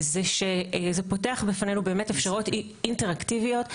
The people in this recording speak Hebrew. שזה פותח בפנינו אפשרויות אינטראקטיביות,